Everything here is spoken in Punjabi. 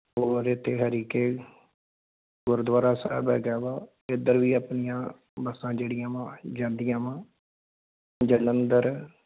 ਹੋਰ ਇੱਥੇ ਹਰੀ ਕੇ ਗੁਰਦੁਆਰਾ ਸਾਹਿਬ ਹੈਗਾ ਵਾ ਇੱਧਰ ਵੀ ਆਪਣੀਆਂ ਬੱਸਾਂ ਜਿਹੜੀਆਂ ਵਾ ਜਾਂਦੀਆਂ ਵਾ ਜਲੰਧਰ